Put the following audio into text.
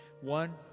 One